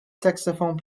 saxophone